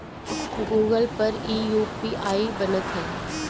Google Pay पर इ UPI बनत हअ